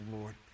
Lord